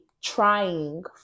trying